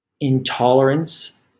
intolerance